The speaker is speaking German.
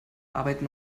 arbeiten